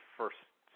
first